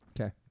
Okay